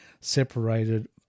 separated